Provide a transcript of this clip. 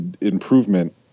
improvement